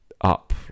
up